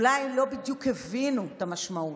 אולי הם לא בדיוק הבינו את המשמעות,